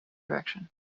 direction